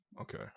Okay